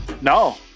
No